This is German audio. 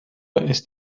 ist